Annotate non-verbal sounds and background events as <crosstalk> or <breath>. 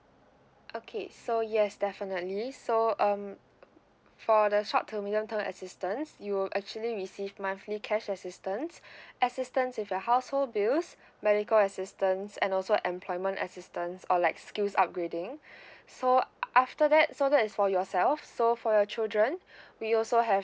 okay so yes definitely so um for the short to medium term assistance you will actually receive monthly cash assistance <breath> assistance with your household bills medical assistance and also employment assistance or like skills upgrading <breath> so after that so that is for yourself so for your children <breath> we also have